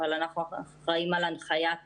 אבל אנחנו אחראיים על הנחיית